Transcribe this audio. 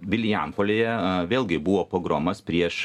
vilijampolėje vėlgi buvo pogromas prieš